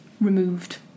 removed